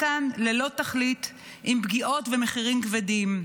כאן ללא תכלית עם פגיעות ומחירים כבדים.